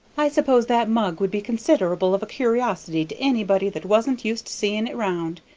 i s'pose that mug would be considerable of a curiosity to anybody that wasn't used to seeing it round.